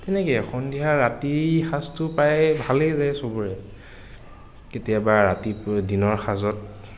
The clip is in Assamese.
তেনেকেই সন্ধিয়া ৰাতি সাঁজটো প্ৰায় ভালেই যায় চবৰে কেতিয়াবা ৰাতি দিনৰ সাঁজত